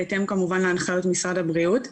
בהתאם להנחיות משרד הבריאות כמובן,